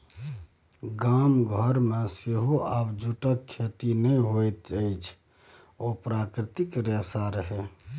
गाम घरमे सेहो आब जूटक खेती नहि होइत अछि ओ प्राकृतिक रेशा रहय